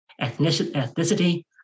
ethnicity